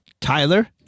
Tyler